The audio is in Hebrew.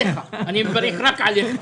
אני מברך רק עליך.